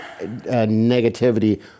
negativity